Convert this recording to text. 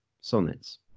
sonnets